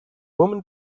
woman